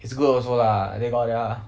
it's good also lah and then got ya